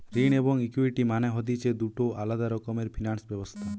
ঋণ এবং ইকুইটি মানে হতিছে দুটো আলাদা রকমের ফিনান্স ব্যবস্থা